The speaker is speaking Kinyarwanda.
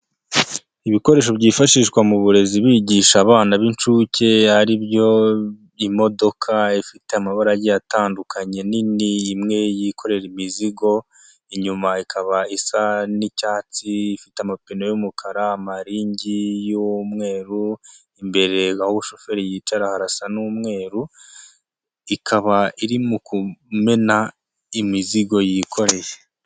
Ibikoresho byifashishwa mu burezi bigisha abana b'incuke aribyo imodoka ifite amabara agiye atandukanye nini imwe yikorera imizigo inyuma ikaba isa n'icyatsi ifite amapine y'umukara, amaringi y'umweru imbere aho shoferi yicara harasa n'umweru, ikaba iri mo kumena imizigo yikoreye.